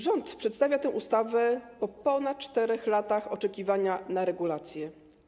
Rząd przedstawia tę ustawę po ponad 4 latach oczekiwania na regulacje.